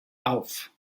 auf